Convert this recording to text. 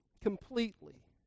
completely